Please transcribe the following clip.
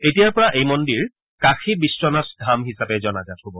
এতিয়াৰ পৰা এই মন্দিৰ কাশী বিখনাথ ধাম হিচাপে জনাজাত হ'ব